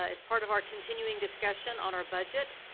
as part of our continuing discussion on our budget,